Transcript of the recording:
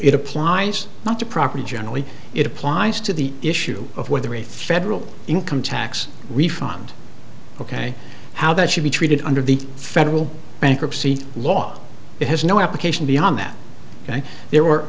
it applies not to property generally it applies to the issue of whether a federal income tax refund ok how that should be treated under the federal bankruptcy law it has no application beyond that there were